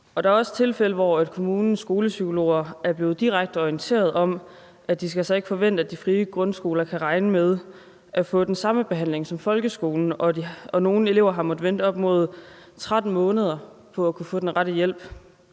Der er også tilfælde, hvor kommunens skolepsykologer er blevet direkte orienteret om, at de altså ikke skal forvente, at de frie grundskoler kan regne med at få den samme behandling som folkeskolerne, og nogle elever har måttet vente op mod 13 måneder på at kunne få den rette hjælp.